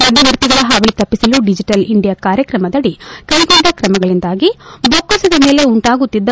ಮಧ್ವವರ್ತಿಗಳ ಹಾವಳಿ ತಪ್ಪಸಲು digital India ಕಾರ್ಯಕ್ರಮದಡಿ ಕ್ವೆಗೊಂಡ ಕ್ರಮಗಳಿಂದಾಗಿ ಬೊಕ್ಕಸದ ಮೇಲೆ ಉಂಟಾಗುತ್ತಿದ್ದ